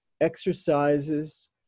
exercises